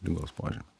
ligos požymis